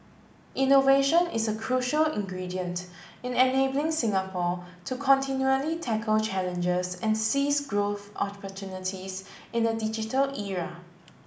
innovation is a crucial ingredient in enabling Singapore to continually tackle challenges and seize growth opportunities in a digital era